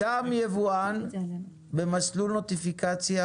גם יבואן במסלול נוטיפיקציה